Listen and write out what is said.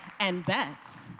and bets.